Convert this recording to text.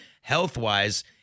health-wise